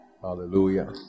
Hallelujah